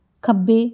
ਖੱਬੇ